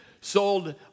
sold